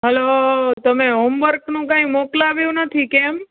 hello તમે હોમવર્કનું કાંઈ મોકલાવ્યું નથી કેમ